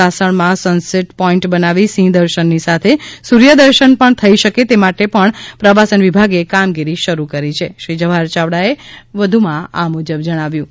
સાસણ માં sunset point બનાવી સિંહ દર્શન ની સાથે સૂર્થ દર્શન પણ થઇ શકે તે માટે પણ પ્રવાસન વિભાગે કામગીરી શરુ કરી છે શ્રી જવાહર ચાવડા એ વધુ જણાવ્યુ કે